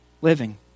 living